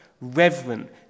reverent